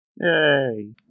Yay